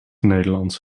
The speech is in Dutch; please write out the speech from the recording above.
nederlands